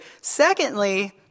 Secondly